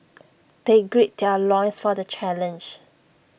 they grade their loins for the challenge